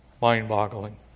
Mind-boggling